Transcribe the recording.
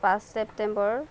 পাঁচ ছেপ্তেম্বৰ